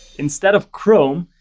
instead of chrome,